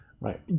Right